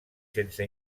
sense